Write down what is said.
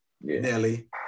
Nelly